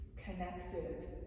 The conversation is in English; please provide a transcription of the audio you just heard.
connected